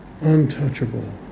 untouchable